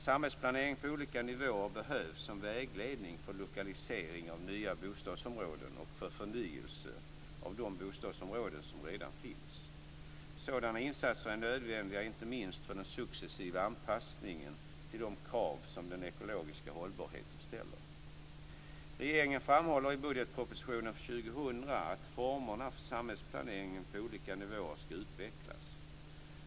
Samhällsplanering på olika nivåer behövs som vägledning för lokalisering av nya bostadsområden och för förnyelse av de bostadsområden som redan finns. Sådana insatser är nödvändiga inte minst för den successiva anpassningen till de krav som den ekologiska hållbarheten ställer. 2000 att formerna för samhällsplaneringen på olika nivåer ska utvecklas.